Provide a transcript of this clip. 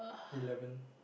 eleven